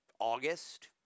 August